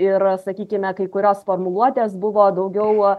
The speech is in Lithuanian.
ir sakykime kai kurios formuluotės buvo daugiau